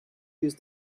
use